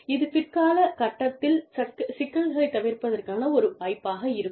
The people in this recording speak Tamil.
இது பிற்கால கட்டத்தில் சிக்கல்களைத் தவிர்ப்பதற்கான ஒரு வாய்ப்பாக இருக்கும்